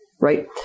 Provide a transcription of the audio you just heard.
Right